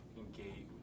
engage